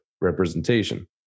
representation